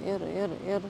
ir ir ir